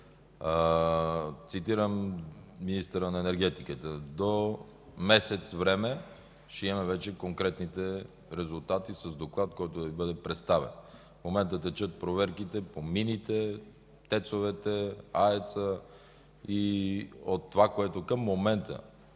Цитирам министъра на енергетиката: до месец време ще имаме вече конкретните резултати с доклад, който да Ви бъде представен. В момента текат проверките по мините, ТЕЦ-овете, АЕЦ-а. Това, което към момента